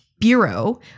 bureau